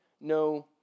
No